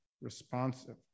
responsive